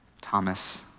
Thomas